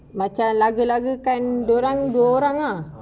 macam laga-lagakan dorang dua orang ah